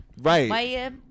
Right